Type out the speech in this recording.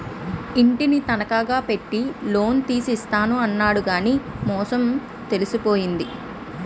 ఇంటిని తనఖా పెట్టి లోన్ తీసి ఇస్తాను అన్నాడు కానీ మోసం తెలిసిపోయింది